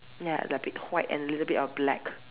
ya a bit white and little bit of black